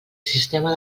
sistema